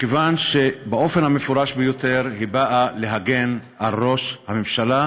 מכיוון שבאופן המפורש ביותר היא נועדה להגן על ראש הממשלה,